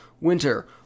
winter